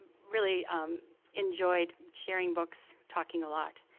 really enjoyed sharing books, talking a lot.